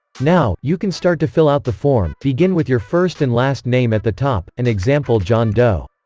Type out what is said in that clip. now, you can start to fill out the form begin with your first and last name at the top, an example john doe